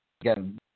again